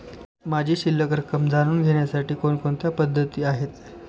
माझी शिल्लक रक्कम जाणून घेण्यासाठी कोणकोणत्या पद्धती आहेत?